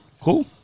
Cool